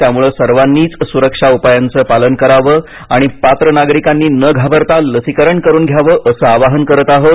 त्यामुळे सर्वांनीच सुरक्षा उपायांचं पालन करावं आणि पात्र नागरिकांनी न घाबरता लसीकरण करून घ्यावं असं आवाहन करत आहोत